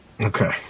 Okay